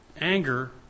Anger